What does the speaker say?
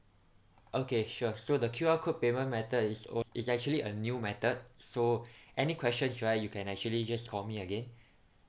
okay sure so the Q_R code payment method is al~ is actually a new method so any questions right you can actually just call me again